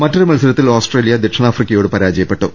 മറ്റൊരു മത്സരത്തിൽ ഓസ്ട്രേലിയ ദക്ഷിണാഫ്രിക്ക യോട് പരാജയപ്പെട്ടു